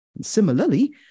Similarly